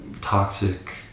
toxic